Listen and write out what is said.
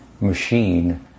machine